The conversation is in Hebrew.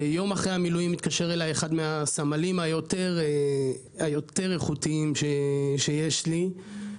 ויום אחרי המילואים התקשר אלי אחד מהסמלים היותר איכותיים שיש לי,